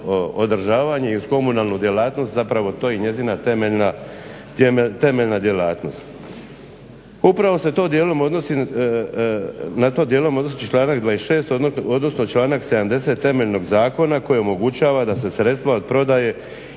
održavanje i uz komunalnu djelatnost, zapravo to je i njezina temeljna djelatnost. Upravo se na to dijelom odnosi članak 26.odnosno članak 70.temeljnog zakona koji omogućava da se sredstva od prodaje